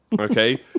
Okay